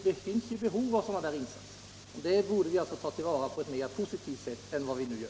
Det finns behov av sådana insatser, och möjligheterna till sådana borde vi ta till vara på ett mer positivt sätt än vad vi nu gör.